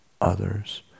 others